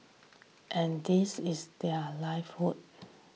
and this is their